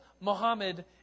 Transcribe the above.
Muhammad